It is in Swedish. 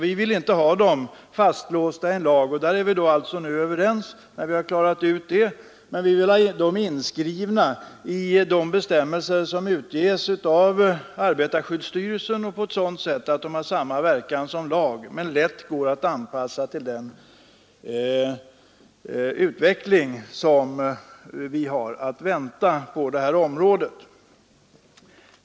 Vi är överens om att gränsvärdena inte bör vara låsta i en lag, men vi vill ha dem inskrivna i de bestämmelser som utges av arbetarskyddsstyrelsen, på ett sådant sätt att de får samma verkan som lag men lätt går att anpassa till den utveckling som vi har att vänta på detta område.